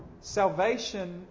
Salvation